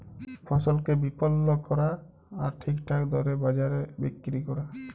ফসলকে বিপলল ক্যরা আর ঠিকঠাক দরে বাজারে বিক্কিরি ক্যরা